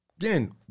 Again